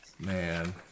man